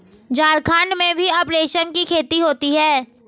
झारखण्ड में भी अब रेशम की खेती होती है